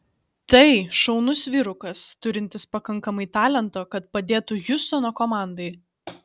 tai šaunus vyrukas turintis pakankamai talento kad padėtų hjustono komandai